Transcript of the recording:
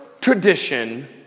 tradition